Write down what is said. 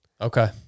Okay